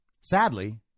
sadly